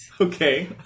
Okay